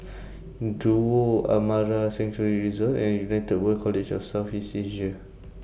Duo Amara Sanctuary Resort and United World College of South East Asia